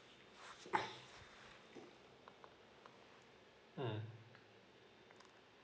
mm